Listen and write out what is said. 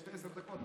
יש לי עשר דקות.